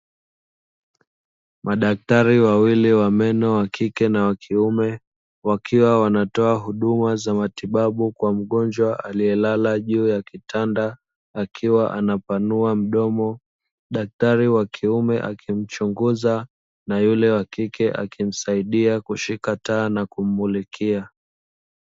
Madaktari wawili wa meno wa kike na wa kiume wakiwa wanatoa huduma za matibabu kwa mgonjwa aliyelala juu ya kitanda akiwa anapanua mdomo daktari wa kiume akimchunguza na yule wa kike akimsaidia kushika taa na kumulikia